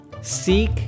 Seek